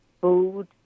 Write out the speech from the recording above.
food